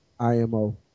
IMO